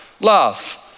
Love